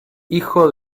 hijo